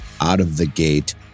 out-of-the-gate